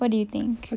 what do you think